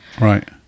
Right